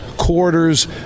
quarters